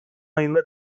ayında